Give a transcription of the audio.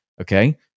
Okay